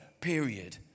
period